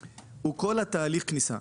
הוא כל תהליך הכניסה.